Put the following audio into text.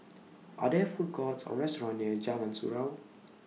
Are There Food Courts Or restaurants near Jalan Surau